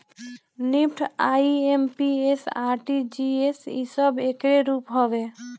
NEFT, IMPS, RTGS इ सब एकरे रूप हवे